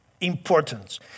importance